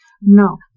No